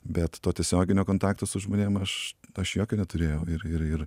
bet to tiesioginio kontakto su žmonėm aš aš jokio neturėjau ir ir ir